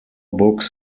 books